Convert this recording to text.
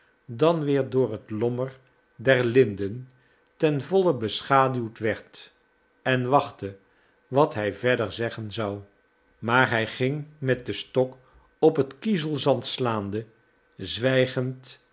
dan weer door het lommer der linden ten volle beschaduwd werd en wachtte wat hij verder zeggen zou maar hij ging met den stok op het kiezelzand slaande zwijgend